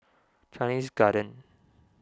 Chinese Garden